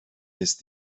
ist